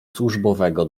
służbowego